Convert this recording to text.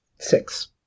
Six